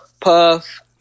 Puff